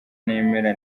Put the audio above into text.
nemera